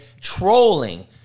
trolling